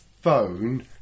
phone